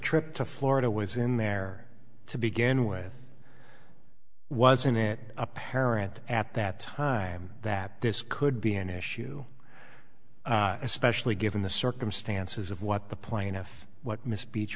trip to florida was in there to begin with was in it apparent at that time that this could be an issue especially given the circumstances of what the plaintiff what miss beach